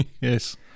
Yes